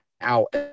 out